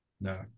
No